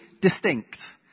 distinct